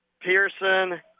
Pearson